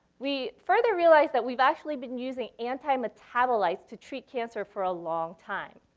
we further realized that we've actually been using anti-metabolites to treat cancer for a long time.